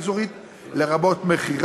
ניסן ידידי,